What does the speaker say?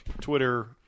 Twitter